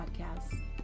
podcasts